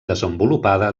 desenvolupada